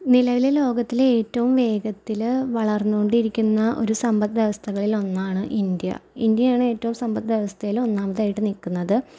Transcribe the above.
നിലവില് ലോകത്തില് ഏറ്റവും വേഗത്തില് വളർന്നുകൊണ്ടിരിക്കുന്ന ഒര് സമ്പത്ത് വ്യവസ്ഥകളിലൊന്നാണ് ഇന്ത്യ ഇന്ത്യയാണ് ഏറ്റവും സമ്പത്ത് വ്യവസ്ഥയില് ഒന്നാമതായിട്ട് നിൽക്കുന്നത്